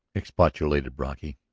expostulated brocky.